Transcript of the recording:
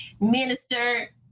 minister